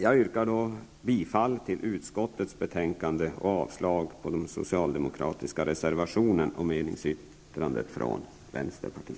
Jag yrkar bifall till utskottets hemställan och avslag på de socialdemokratiska reservationerna och meningsyttringen från vänsterpartiet.